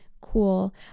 cool